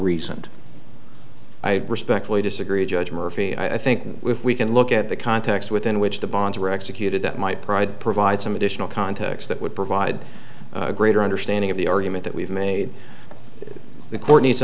reasoned i respectfully disagree judge murphy i think if we can look at the context within which the bonds were executed that might provide provide some additional context that would provide a greater understanding of the argument that we've made the court needs to